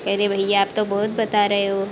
अरे भैया आप तो बहुत बता रहे हो